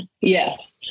Yes